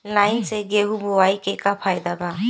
Line से गेहूं बोआई के का फायदा बा?